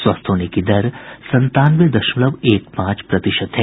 स्वस्थ होने की दर संतानवे दशमलव एक पांच प्रतिशत है